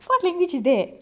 what language is that